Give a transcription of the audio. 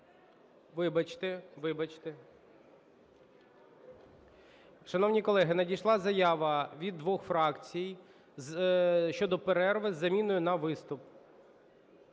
Вибачте. Вибачте. Шановні колеги, надійшла заява від двох фракцій щодо перерви з заміною на виступ.